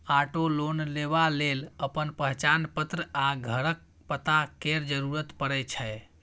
auto loan लेबा लेल अपन पहचान पत्र आ घरक पता केर जरुरत परै छै